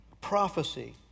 prophecy